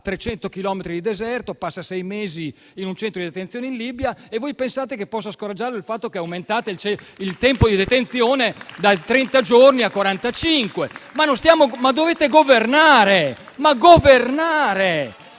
300 chilometri di deserto, passa sei mesi in un centro di detenzione in Libia e voi pensate che possa scoraggiarlo il fatto che aumentate il tempo di detenzione da trenta a quarantacinque